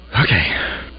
Okay